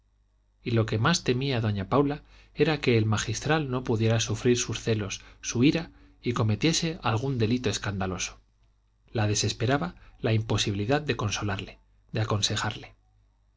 y lo que más temía doña paula era que el magistral no pudiera sufrir sus celos su ira y cometiese algún delito escandaloso la desesperaba la imposibilidad de consolarle de aconsejarle